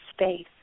space